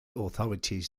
authorities